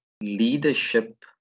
leadership